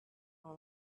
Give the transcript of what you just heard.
all